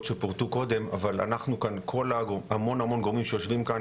אבל יש המון גורמים שיושבים כאן